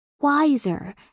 Wiser